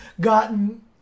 gotten